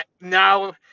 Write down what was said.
now